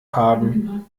haben